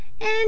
And